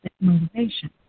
motivation